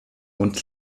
und